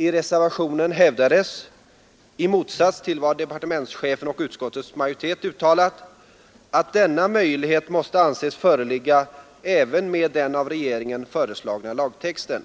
I reservationen hävdades — i motsats till vad departementschefen och utskottets majoritet uttalat — att denna möjlighet måste anses föreligga även med den av regeringen föreslagna lagtexten.